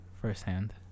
firsthand